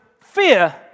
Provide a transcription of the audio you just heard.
fear